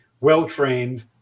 well-trained